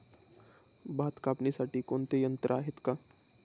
भात कापणीसाठी कोणते यंत्र आहेत का?